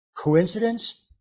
Coincidence